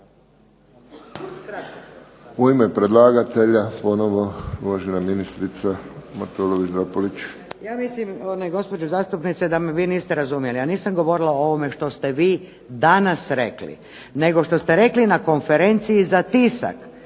U ime predlagatelja, ponovo uvažena ministrica Matulović Dropulić. **Matulović-Dropulić, Marina (HDZ)** Ja mislim gospođo zastupnice da me vi niste razumjeli. Ja nisam govorila o ovome što ste vi danas rekli, nego što ste rekli na konferenciji za tisak,